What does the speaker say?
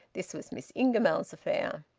this was miss ingamells's affair.